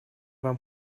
вам